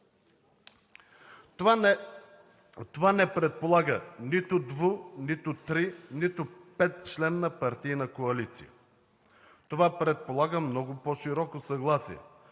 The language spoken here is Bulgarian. Това не предполага нито дву-, нито три-, нито петчленна партийна коалиция, това предполага много по-широко съгласие,